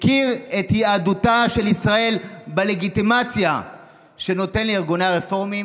הפקיר את יהדותה של ישראל בלגיטימציה שהוא נותן לארגוני הרפורמים,